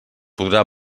podrà